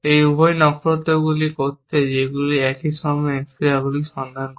এই উভয় নক্ষত্রগুলি করতে যেগুলি একই সময়ে ক্রিয়াগুলির সন্ধান করা